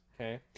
Okay